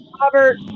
Robert